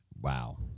Wow